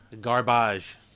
garbage